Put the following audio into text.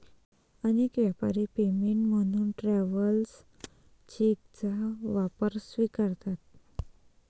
अनेक व्यापारी पेमेंट म्हणून ट्रॅव्हलर्स चेकचा वापर स्वीकारतात